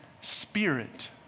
spirit